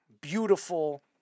beautiful